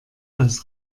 als